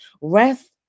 rest